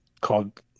called